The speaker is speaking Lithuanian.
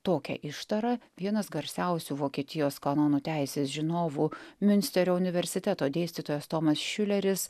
tokią ištarą vienas garsiausių vokietijos kanonų teisės žinovų miunsterio universiteto dėstytojas tomas šiuleris